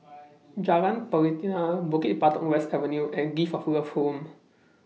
Jalan Pelatina Bukit Batok West Avenue and Gift of Love Home